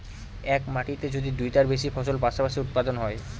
এক মাটিতে যদি দুইটার বেশি ফসল পাশাপাশি উৎপাদন হয়